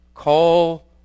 Call